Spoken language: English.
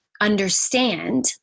understand